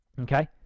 okay